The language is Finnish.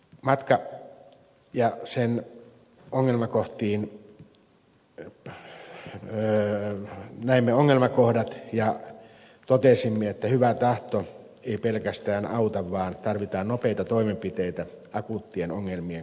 matka ja sen ongelmakohtiin euta myö näimme ongelmakohdat ja totesimme että hyvä tahto ei pelkästään auta vaan tarvitaan nopeita toimenpiteitä akuuttien ongelmien korjaamiseen